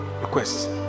requests